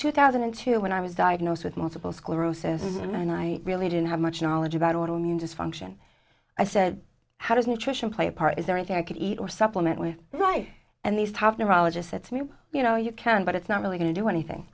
two thousand and two when i was diagnosed with multiple sclerosis and i really didn't have much knowledge about auto immune dysfunction i said how does nutrition play a part is there anything i could eat or supplement with right and these top neurologist said to me you know you can but it's not really going to do anything